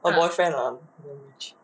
her boyfriend ah damn rich